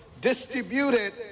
distributed